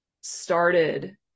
started